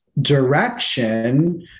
direction